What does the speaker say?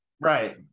Right